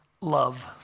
Love